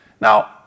now